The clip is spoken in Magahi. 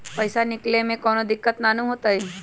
पईसा निकले में कउनो दिक़्क़त नानू न होताई?